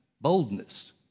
boldness